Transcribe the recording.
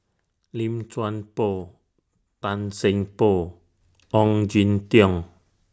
Lim Chuan Poh Tan Seng Poh Ong Jin Teong